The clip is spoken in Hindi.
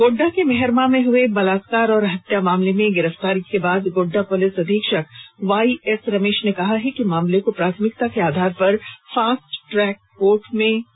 गोड्डा के मेहरमा में हुए बलात्कार एवं हत्या मामले में गिरफ्तारी के बाद गोड्डा प्रलिस अधीक्षक वाईएस रमेश ने कहा कि इस मामले को प्राथमिकता के आधार पर फास्ट ट्रैक कोर्ट को देने की कोशिश की जाएगी